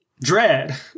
Dread